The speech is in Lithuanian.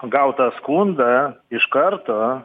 gautą skundą iš karto